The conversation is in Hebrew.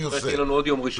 יהיה לנו עוד יום ראשון.